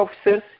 officers